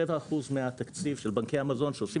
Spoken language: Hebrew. שבע אחוז מהתקציב של בנקי המזון שעושים